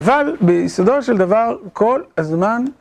אבל ביסודו של דבר כל הזמן